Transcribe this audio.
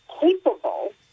capable